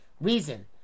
reason